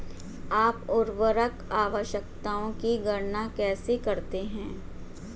आप उर्वरक आवश्यकताओं की गणना कैसे करते हैं?